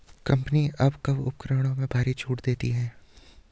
Company कब कब उपकरणों में भारी छूट देती हैं?